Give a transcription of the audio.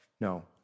no